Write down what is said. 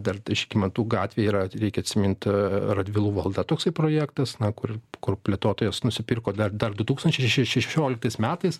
dar žygimantų gatvėj yra reikia atsimint radvilų valda toksai projektas na kur kur plėtotojas nusipirko dar dar du tūkstančiai še še šešioliktais metais